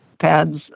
pads